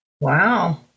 Wow